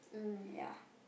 ya